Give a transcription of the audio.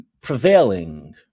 prevailing